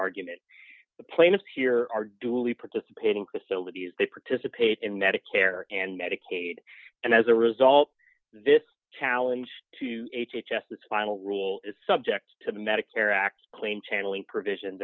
argument the plaintiff here are duly participating facilities they participate in medicare and medicaid and as a result this challenge to h h s this final rule is subject to medicare act clean channeling provision